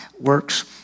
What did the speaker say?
works